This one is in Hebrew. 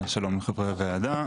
שלום לחברי הוועדה,